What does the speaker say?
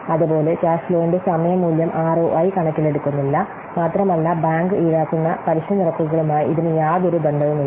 അതുപോലെ ക്യാഷ് ഫ്ലോവിന്റെ സമയ മൂല്യം ആർഒഐ കണക്കിലെടുക്കുന്നില്ല മാത്രമല്ല ബാങ്ക് ഈടാക്കുന്ന പലിശ നിരക്കുകളുമായി ഇതിനു യാതൊരു ബന്ധവുമില്ല